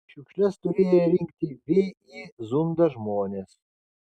šiukšles turėję rinkti vį zunda žmonės